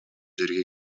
жерге